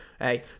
hey